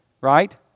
right